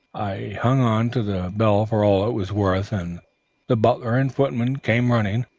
i hung on to the bell for all i was worth, and the butler and footmen came running.